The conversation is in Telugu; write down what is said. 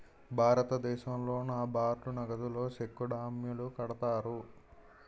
భారతదేశంలో నాబార్డు నగదుతో సెక్కు డ్యాములు కడతారు